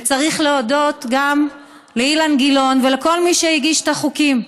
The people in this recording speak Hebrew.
וצריך להודות גם לאילן גילאון ולכל מי שהגיש את החוקים.